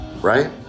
right